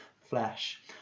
flesh